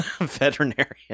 veterinarian